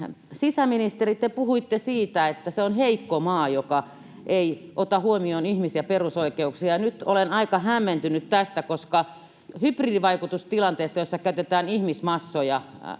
Sisäministeri, te puhuitte, että se on heikko maa, joka ei ota huomioon ihmis- ja perusoikeuksia, ja nyt olen aika hämmentynyt tästä. Sanoitteko te siis näin, että vaikka hybridivaikutustilanteesessa, jossa käytetään ihmismassoja